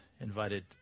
invited